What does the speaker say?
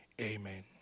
Amen